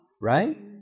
right